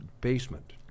basement